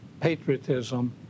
patriotism